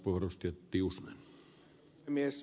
arvoisa herra puhemies